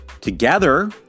together